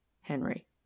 Henry